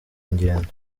ingendo